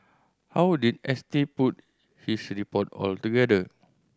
how would did S T put his report altogether